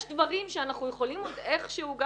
יש דברים שאנחנו יכולים עוד איכשהו גם